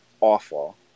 awful